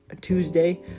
Tuesday